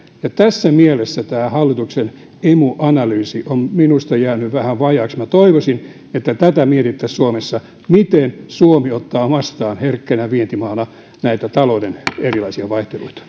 ja tässä mielessä tämä hallituksen emu analyysi on minusta jäänyt vähän vajaaksi minä toivoisin että tätä mietittäisiin suomessa miten suomi ottaa vastaan herkkänä vientimaana näitä talouden erilaisia vaihteluita